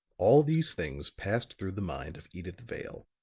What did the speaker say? all these things passed through the mind of edyth vale,